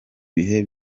bihe